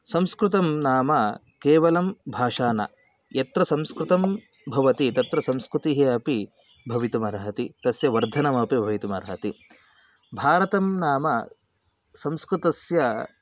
संस्कृतं नाम केवलं भाषा न यत्र संस्कृतं भवति तत्र संस्कृतिः अपि भवितुमर्हति तस्य वर्धनमपि भवितुमर्हति भारतं नाम संस्कृतस्य